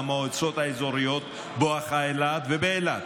במועצות האזוריות בואכה אילת ובאילת.